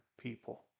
people